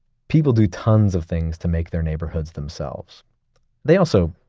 people do tons of things to make their neighborhoods themselves they also